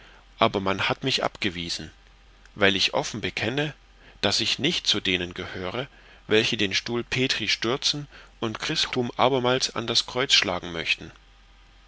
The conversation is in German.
aber man hat mich abgewiesen weil ich offen bekenne daß ich nicht zu denen gehöre welche den stuhl petri stürzen und christum abermals an das kreuz schlagen möchten